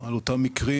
על אותם מקרים